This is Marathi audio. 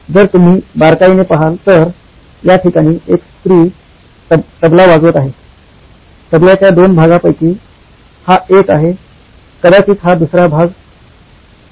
जर तुम्ही बारकाईने पाहाल तर याठिकाणी एक स्त्री तबला वाजवत आहे तबल्याच्या दोन भागांपैकी हा एक आहे कदाचित हा दुसरा भाग असेल